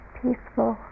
peaceful